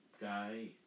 guy